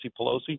Pelosi